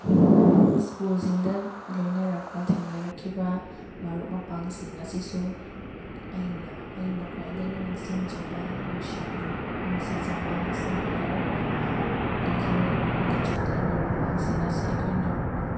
ꯁ꯭ꯀꯨꯜꯁꯤꯡꯗ ꯂꯣꯏꯅꯔꯛꯄ ꯊꯦꯡꯅꯔꯛꯈꯤꯕ ꯃꯔꯨꯞ ꯃꯄꯥꯡꯁꯤꯡ ꯑꯁꯤꯁꯨ ꯑꯩꯅ ꯑꯩꯅ ꯈ꯭ꯋꯥꯏꯗꯒꯤ ꯅꯤꯡꯁꯤꯡꯖꯕ ꯅꯨꯡꯁꯤ ꯅꯨꯡꯁꯤꯖꯕ ꯅꯤꯡꯁꯤꯡꯅꯤꯉꯥꯏ ꯑꯣꯏꯕ ꯃꯤ ꯈꯔꯒꯤ ꯃꯅꯨꯡꯗ ꯆꯜꯂꯤ ꯃꯔꯨꯞ ꯃꯄꯥꯡꯁꯤꯡ ꯑꯁꯤ ꯑꯩꯈꯣꯏꯅ ꯃꯔꯨꯞ